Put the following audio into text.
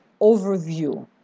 overview